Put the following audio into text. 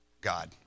God